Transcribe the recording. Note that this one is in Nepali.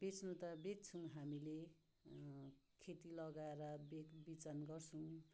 बेच्नु त बेच्छौँ हामीले खेती लगाएर बेचबिखन गर्छौँ